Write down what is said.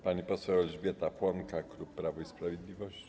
Pani poseł Elżbieta Płonka, klub Prawo i Sprawiedliwość.